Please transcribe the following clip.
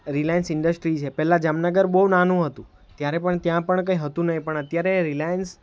Reliance industry છે પહેલાં જામનગર બહુ નાનું હતું ત્યારે પણ ત્યાં પણ કંઈ હતું નહીં પણ અત્યારે રિલાયન્સ